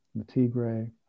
Matigre